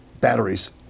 batteries